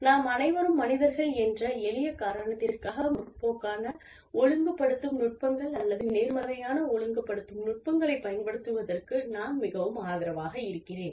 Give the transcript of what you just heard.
நாம் அனைவரும் மனிதர்கள் என்ற எளிய காரணத்திற்காக முற்போக்கான ஒழுங்குபடுத்தும் நுட்பங்கள் அல்லது நேர்மறையான ஒழுங்குபடுத்தும் நுட்பங்களைப் பயன்படுத்துவதற்கு நான் மிகவும் ஆதரவாக இருக்கிறேன்